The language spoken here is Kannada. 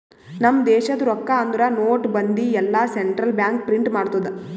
ನಮ್ ದೇಶದು ರೊಕ್ಕಾ ಅಂದುರ್ ನೋಟ್, ಬಂದಿ ಎಲ್ಲಾ ಸೆಂಟ್ರಲ್ ಬ್ಯಾಂಕ್ ಪ್ರಿಂಟ್ ಮಾಡ್ತುದ್